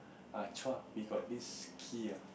ah Chua you got this key ah